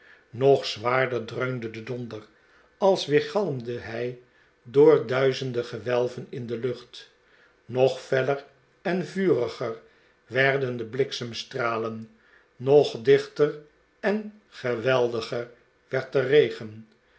nog zwaarder dreunde de donder als weergalmde hij door duizenden gewelven in de lucht nog feller en vuriger werden de bliksemstralen nog dichter en geweldiger werd de regen